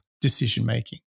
decision-making